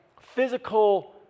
physical